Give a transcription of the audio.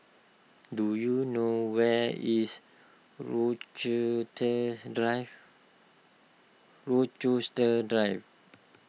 do you know where is Drive Rochester Drive